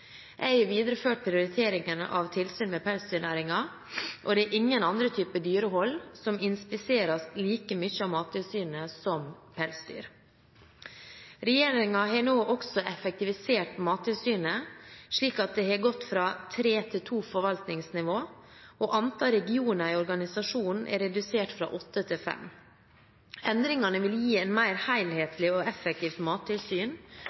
Jeg har videreført prioriteringen av tilsyn med pelsdyrnæringen, og det er ingen andre typer dyrehold som inspiseres like mye av Mattilsynet som pelsdyr. Regjeringen har nå også effektivisert Mattilsynet slik at det har gått fra tre til to forvaltningsnivåer, og antall regioner i organisasjonen er redusert fra åtte til fem. Endringene vil gi et mer helhetlig og effektivt mattilsyn,